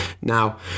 Now